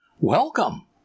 Welcome